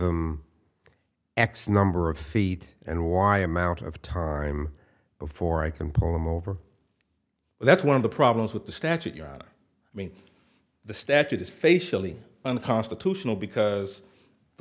them x number of feet and y amount of time before i can pull them over well that's one of the problems with the statute you're out i mean the statute is facially unconstitutional because the